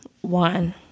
One